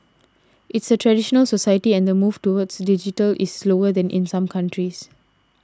it's a traditional society and the move toward digital is slower than in some countries